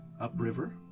upriver